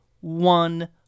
one